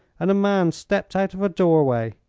and a man stepped out of a doorway.